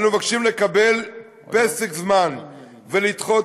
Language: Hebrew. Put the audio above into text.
אנו מבקשים לקבל פסק זמן ולדחות,